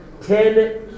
Ten